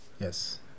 Yes